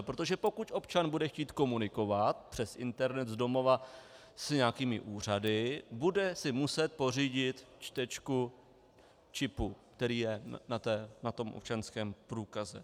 Protože pokud občan bude chtít komunikovat přes internet z domova s nějakými úřady, bude si muset pořídit čtečku čipu, který je na tom občanském průkaze.